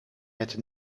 het